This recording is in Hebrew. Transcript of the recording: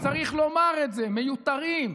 צריך לומר את זה, מיותרים.